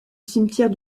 cimetière